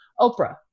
Oprah